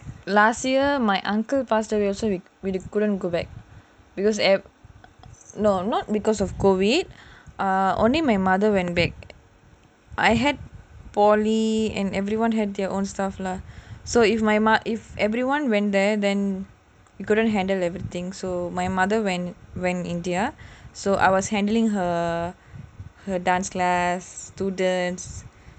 last year my uncle passed away also we we couldn't go back no not because of COVID only my mother went back I had polytechnic and everyone had their own stuff lah so if my mum if everyone went there then we couldn't handle everything so my mother went india so I was handling her dance class students